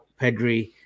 Pedri